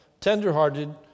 tenderhearted